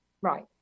Right